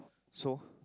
so